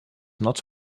not